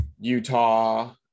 Utah